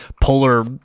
polar